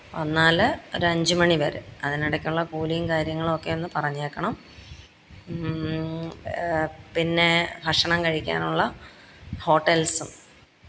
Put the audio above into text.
വന്നാൽ ഒരഞ്ച് മണിവരെ അതിനിടയ്ക്കുള്ള കൂലിയും കാര്യങ്ങളും ഒക്കെ ഒന്ന് പറഞ്ഞേക്കണം പിന്നെ ഭക്ഷണം കഴിക്കാനുള്ള ഹോട്ടല്സും